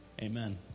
Amen